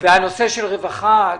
הנושא של רווחה?